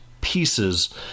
pieces